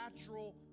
natural